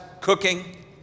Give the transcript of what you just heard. cooking